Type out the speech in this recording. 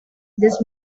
this